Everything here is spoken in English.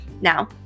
Now